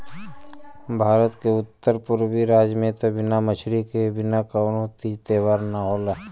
भारत के उत्तर पुरबी राज में त बिना मछरी के बिना कवनो तीज त्यौहार ना होला